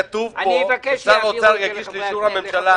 אבקש שיעבירו את זה לחברי הכנסת.